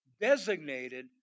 designated